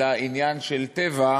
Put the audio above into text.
אלא עניין של טבע,